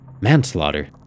Manslaughter